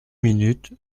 minutes